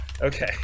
Okay